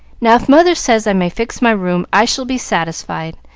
now, if mother says i may fix my room, i shall be satisfied,